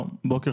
בוקר